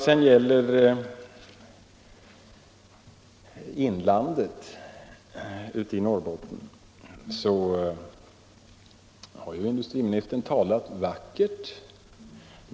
Sedan har industriministern här talat vackert om Norrbottens inland.